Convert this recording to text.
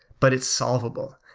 but it's solvable.